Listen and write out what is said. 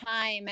time